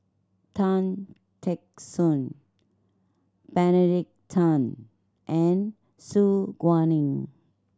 Tan Teck Soon Benedict Tan and Su Guaning